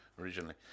originally